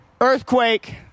Earthquake